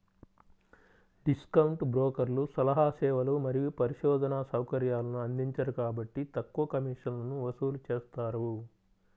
discount బ్రోకర్లు సలహా సేవలు మరియు పరిశోధనా సౌకర్యాలను అందించరు కాబట్టి తక్కువ కమిషన్లను వసూలు చేస్తారు